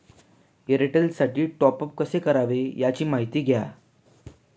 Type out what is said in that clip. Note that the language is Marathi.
एअरटेलसाठी टॉपअप कसे करावे? याची माहिती द्या